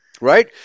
right